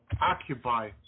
occupy